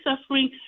suffering